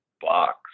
box